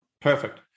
Perfect